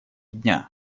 дня